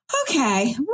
Okay